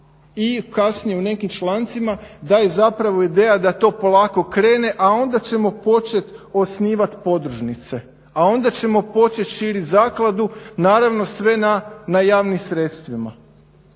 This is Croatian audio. i kasnije u nekim člancima da je zapravo ideja da to polako krene, a onda ćemo počet osnivat podružnice, a onda ćemo počet širit zakladu, naravno sve na javnim sredstvima.